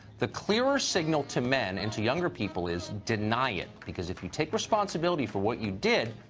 the clearest signal to men and to younger people is deny it, because if you take responsibility for what you did,